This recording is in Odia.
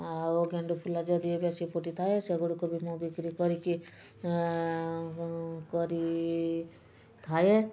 ଆଉ ଗେଣ୍ଡୁ ଫୁଲ ଯଦି ବେଶୀ ଫୁଟି ଥାଏ ସେଗୁଡ଼ିକୁ ବି ମୁଁ ବିକ୍ରି କରିକି କରି ଥାଏ